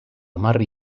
hamar